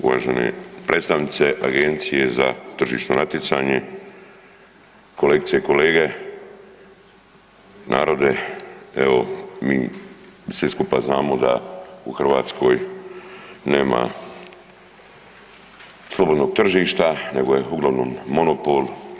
Uvažene predstavnice Agencije za tržišno natjecanje, kolegice i kolege, narode evo mi svi skupa znamo da u Hrvatskoj nema slobodnog tržišta nego je uglavnom monopol.